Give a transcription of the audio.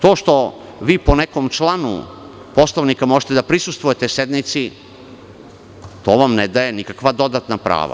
To što vi po nekom članu Poslovnika možete da prisustvujete sednici, to vam ne daje nikakva dodatna prava.